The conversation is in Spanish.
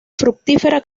fructífera